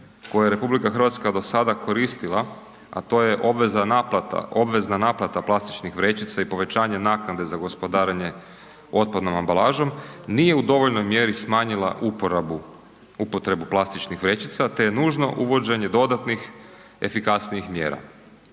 koje je RH do sada koristila, a to je obvezna naplata plastičnih vrećica i povećanje naknade za gospodarenje otpadnom ambalažom, nije u dovoljnoj mjeri smanjila upotrebu plastičnih vrećica te je nužno uvođenje dodatnih efikasnijih mjera.